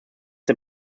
der